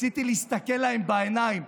רציתי להסתכל להם בעיניים.